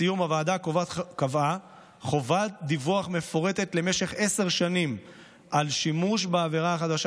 הוועדה קבעה חובת דיווח מפורטת למשך עשר שנים על שימוש בעבירה החדשה